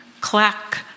clack